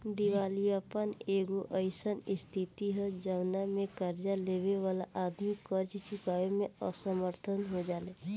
दिवालियापन एगो अईसन स्थिति ह जवना में कर्ज लेबे वाला आदमी कर्ज चुकावे में असमर्थ हो जाले